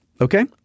Okay